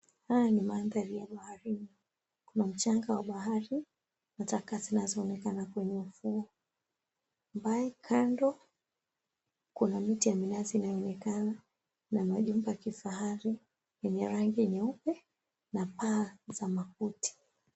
Haya ni mandhari ya baharini , kuna mchanga wa bahari na taka zinazoonekana kwenye ufuo. Mbali kando kuna miti ya minazi inayoonekana na majumba ya kifahari yenye rangi nyeupe na paa za makuti.